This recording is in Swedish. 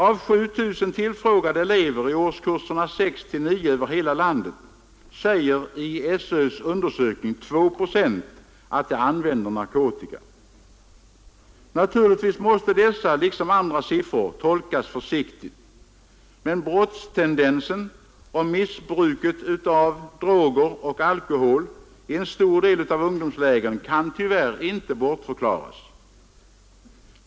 Av 7 000 tillfrågade elever i årskurserna 6—9 över hela landet säger i SÖ:s undersökning 2 procent att de använder narkotika. Naturligtvis måste dessa liksom andra siffror tolkas försiktigt. Men brottstendensen och bruket av droger och alkohol i en stor del av ungdomslägren kan tyvärr inte bortförklaras.